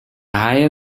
higher